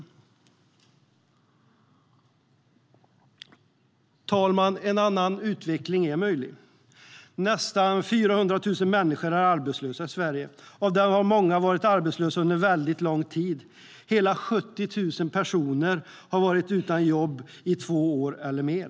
Nästan 400 000 människor är arbetslösa i Sverige. Av dem har många varit arbetslösa under mycket lång tid. Hela 70 000 personer har varit utan jobb i två år eller mer.